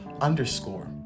underscore